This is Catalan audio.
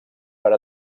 per